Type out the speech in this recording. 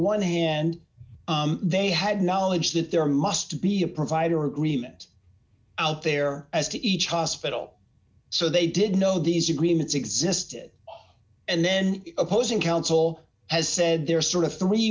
one hand they had knowledge that there must be a provider agreement out there as to each hospital so they didn't know these agreements existed and then the opposing counsel has said there are sort of three